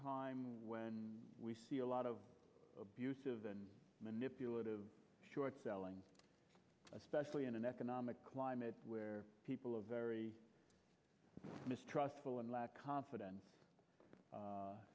time when we see a lot of abusive and manipulative short selling especially in an economic climate where people are very mistrustful and lack confidence